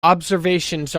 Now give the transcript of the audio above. observations